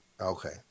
okay